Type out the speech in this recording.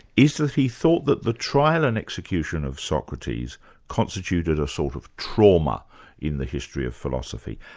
is that he thought that the trial and execution of socrates constituted a sort of trauma in the history of philosophy.